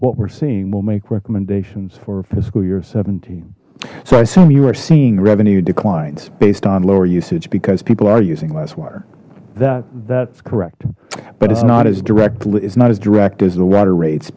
what we're seeing we'll make recommendations for fiscal year seventeen so i assume you are seeing revenue declines based on lower usage because people are using less water that that's correct but it's not as direct it's not as direct as the water rates